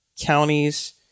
counties